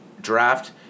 draft